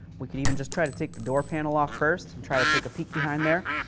we can even just try to take the door panel off first and try to take a peek behind there.